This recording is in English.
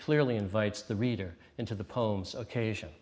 clearly invites the reader into the poems occasion